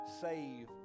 save